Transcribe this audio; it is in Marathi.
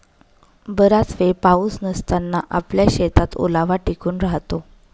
बराच वेळ पाऊस नसताना आपल्या शेतात ओलावा टिकून राहतो